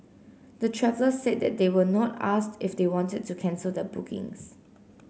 the travellers said they were not asked if they wanted to cancel their bookings